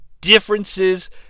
differences